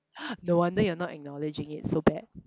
no wonder you're not acknowledging it so bad